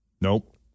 Nope